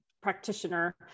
practitioner